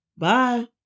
Bye